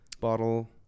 bottle